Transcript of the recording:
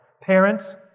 Parents